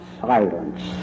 silence